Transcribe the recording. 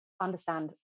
understand